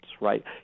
right